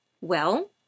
Well